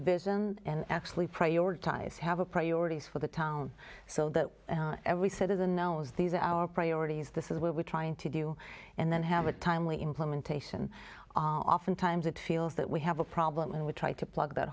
vision and actually prioritize have a priorities for the town so that every citizen knows these are our priorities this is what we're trying to do and then have a timely implementation oftentimes it feels that we have a problem and we try to plug that